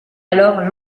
alors